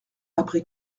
après